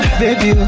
baby